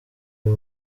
uyu